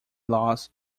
loss